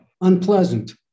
unpleasant